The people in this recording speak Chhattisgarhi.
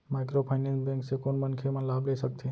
माइक्रोफाइनेंस बैंक से कोन मनखे मन लाभ ले सकथे?